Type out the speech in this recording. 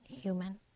human